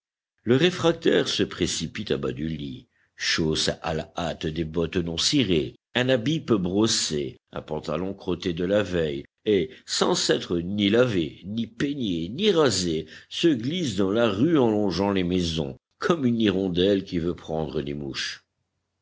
le réfractaire se précipite à bas du lit chausse à la hâte des bottes non cirées un habit peu brossé un pantalon crotté de la veille et sans s'être ni lavé ni peigné ni rasé se glisse dans la rue en longeant les maisons comme une hirondelle qui veut prendre des mouches